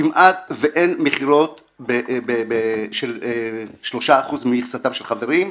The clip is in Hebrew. כמעט ואין מכירות של 3% ממכסתם של חברים.